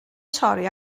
torri